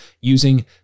using